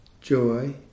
joy